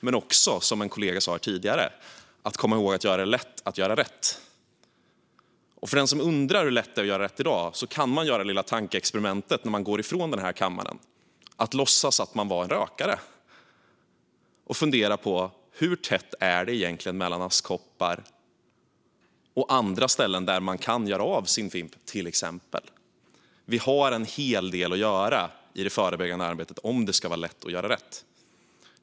Men som en kollega sa här tidigare gäller det också att komma ihåg att göra det lätt att göra rätt. Om man undrar hur lätt det är att göra rätt i dag kan man göra det lilla tankeexperimentet när man går ifrån den här kammaren att låtsas att man var rökare och fundera på hur tätt det egentligen är mellan askkoppar och andra ställen där man kan göra sig av med sin fimp. Vi har en hel del att göra i det förebyggande arbetet om det ska vara lätt att göra rätt.